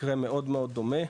מקרה מאוד מאוד דומה,